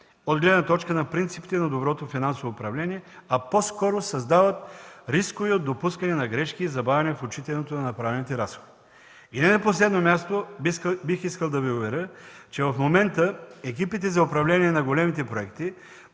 от гледна точка на принципите на доброто финансово управление, а по-скоро създават рискове от допускане на грешки и забавяне в отчитането на направените разходи. И не на последно място бих искал да Ви уверя, че в момента екипите за управление на големите проекти,